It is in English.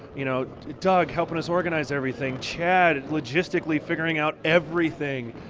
you know doug helping us organize everything, chad logistically figuring out everything,